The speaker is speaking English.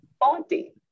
body